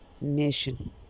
mission